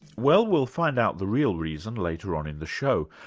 well, we'll find out the real reason later on in the show,